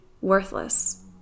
worthless